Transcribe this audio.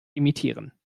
imitieren